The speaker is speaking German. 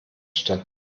statt